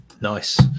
Nice